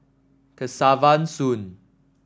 Kesavan Soon